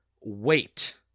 wait